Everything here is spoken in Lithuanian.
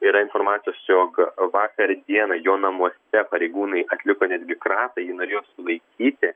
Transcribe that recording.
yra informacijos jog vakar dieną jo namuose pareigūnai atliko netgi kratą jį norėjo sulaikyti